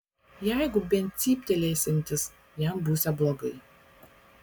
jeigu bent cyptelėsiantis jam būsią blogai